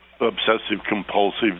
obsessive-compulsive